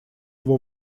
его